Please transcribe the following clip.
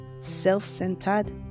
self-centered